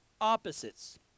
opposites